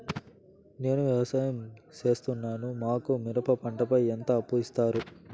నేను వ్యవసాయం సేస్తున్నాను, మాకు మిరప పంటపై ఎంత అప్పు ఇస్తారు